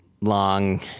long